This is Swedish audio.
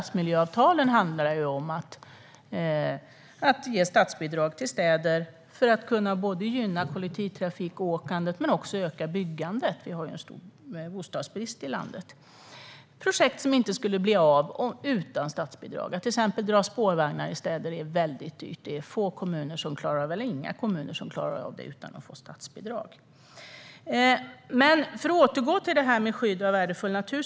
De handlar om att ge statsbidrag till städer för att gynna kollektivåkandet och också öka byggandet. Det finns ju en stor bostadsbrist i landet. Det är projekt som inte skulle bli av utan statsbidrag. Att till exempel dra spårvägar i städer är väldigt dyrt. Det är få eller inga kommuner som klarar av det utan att få statsbidrag. Men låt mig återgå till detta med skydd av värdefull natur.